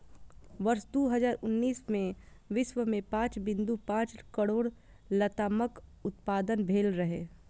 वर्ष दू हजार उन्नैस मे विश्व मे पांच बिंदु पांच करोड़ लतामक उत्पादन भेल रहै